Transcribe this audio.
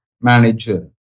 manager